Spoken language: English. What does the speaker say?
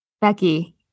Becky